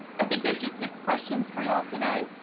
i think there are just six questions for you all today.